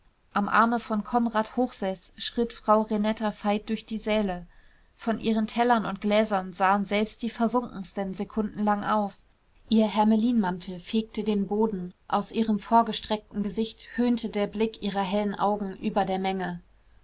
am arme von konrad hochseß schritt frau renetta veit durch die säle von ihren tellern und gläsern sahen selbst die versunkensten sekundenlang auf ihr hermelinmantel fegte den boden aus ihrem vorgestreckten gesicht höhnte der blick ihrer hellen augen über der menge